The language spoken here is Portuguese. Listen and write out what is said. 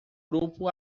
grupo